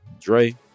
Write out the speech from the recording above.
Dre